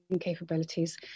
capabilities